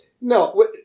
No